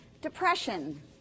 depression